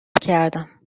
کردم